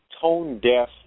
tone-deaf